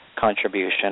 contribution